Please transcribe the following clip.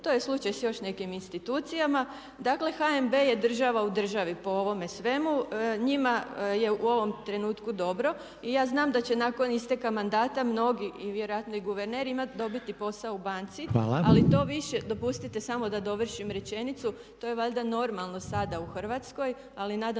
To je slučaj sa još nekim institucijama. Dakle HNB je država u državi po ovom svemu. Njima je u ovom trenutku dobro. I ja znam da će nakon isteka mandata mnogi i vjerojatno i guverner dobiti posao u banci ... …/Upadica: Hvala./… Ali to više, dopustite samo da dovršim rečenicu, to je valjda normalno sada u Hrvatskoj ali nadam